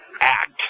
act